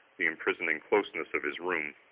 the imprisoning closeness of his room.